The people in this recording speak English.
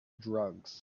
drugs